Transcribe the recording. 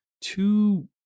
two